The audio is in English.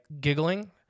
giggling